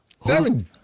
Seven